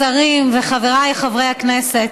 השרים וחבריי חברי הכנסת,